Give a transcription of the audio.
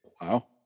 Wow